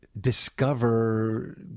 discover